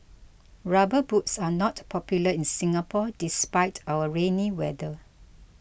rubber boots are not popular in Singapore despite our rainy weather